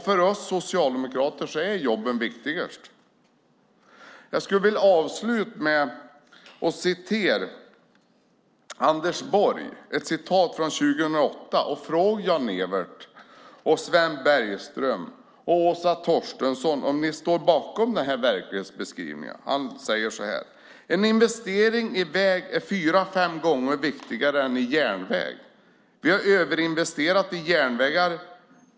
För oss socialdemokrater är jobben viktigast. Jag skulle vilja avsluta med att citera Anders Borg, ett citat från 2008, och fråga Sven Bergström, Jan-Evert Rådhström och Åsa Torstensson om de står bakom verklighetsbeskrivningen i det. Anders Borg säger så här: En investering i väg är fyra fem gånger viktigare än i järnväg. Vi har överinvesterat i järnvägar.